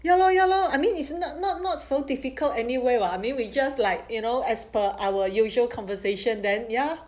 ya lor ya lor I mean isn't not not not so difficult anyway what I mean we just like you know as per our usual conversation then ya